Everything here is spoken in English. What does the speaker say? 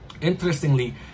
Interestingly